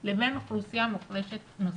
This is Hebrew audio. לבין אוכלוסייה מוחלשת נוספת.